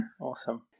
Awesome